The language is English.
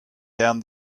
down